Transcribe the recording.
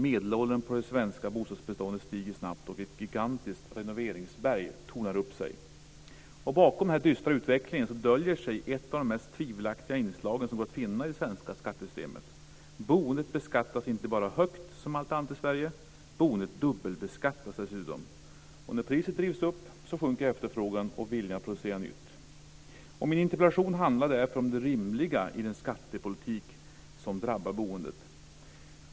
Medelåldern på det svenska bostadsbeståndet stiger snabbt, och ett gigantiskt renoveringsberg tonar upp sig. Bakom den här dystra utvecklingen döljer sig ett av de mest tvivelaktiga inslagen som går att finna i det svenska skattesystemet. Boendet beskattas inte bara högt som allt annat i Sverige. Boendet dubbelbeskattas dessutom. När priset drivs upp sjunker efterfrågan och viljan att producera nytt. Min interpellation handlar därför om det rimliga i den skattepolitik som drabbar boendet.